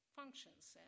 functions